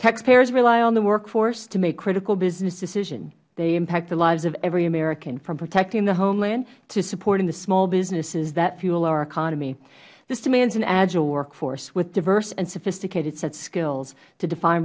taxpayers rely on the workforce to make critical business decisions they impact the lives of every american from protecting the homeland to supporting the small businesses that fuel our economy this demands an agile workforce with diverse and sophisticated sets of skills to def